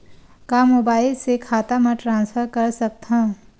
का मोबाइल से खाता म ट्रान्सफर कर सकथव?